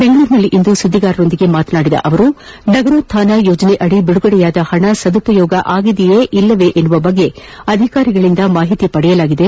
ಬೆಂಗಳೂರಿನಲ್ಲಿಂದು ಸುದ್ದಿಗಾರರೊಂದಿಗೆ ಮಾತನಾಡಿದ ಅವರು ನಗರೋತ್ದಾನ ಯೋಜನೆಯದಿ ಬಿದುಗಡೆಯಾದ ಹಣ ಸದುಪಯೋಗ ಆಗಿದೆಯೇ ಇಲ್ಲವೇ ಎಂಬ ಬಗ್ಗೆ ಅಧಿಕಾರಿಗಳಿಂದ ಮಾಹಿತಿ ಪಡೆಯಲಾಗಿದೆ